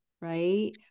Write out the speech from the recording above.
Right